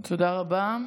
תודה רבה.